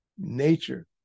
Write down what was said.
nature